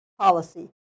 policy